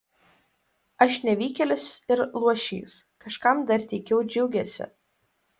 aš nevykėlis ir luošys kažkam dar teikiau džiugesį